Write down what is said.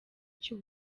cy’u